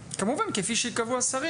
כמובן כפי שיקבעו השרים.